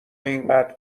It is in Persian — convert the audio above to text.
اینقدر